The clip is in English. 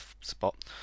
spot